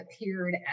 appeared